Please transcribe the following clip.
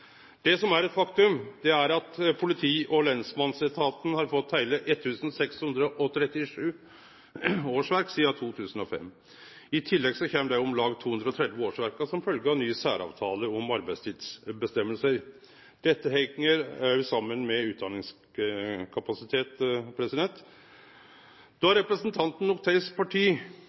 Det som er eit faktum, er at politi- og lensmannsetaten har fått heile 1 637 årsverk sidan 2005. I tillegg kjem dei om lag 230 årsverka som følgje av ny særavtale om arbeidsbestemmingar. Dette heng òg saman med utdanningskapasitet. Då representanten Oktay Dahls parti